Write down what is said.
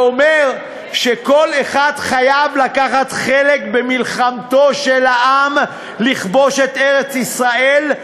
הוא אומר שכל אחד חייב לקחת חלק במלחמתו של העם לכיבוש ארץ-ישראל,